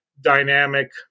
dynamic